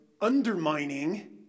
undermining